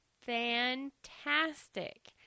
fantastic